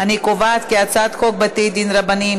אני קובעת כי הצעת חוק בתי-דין רבניים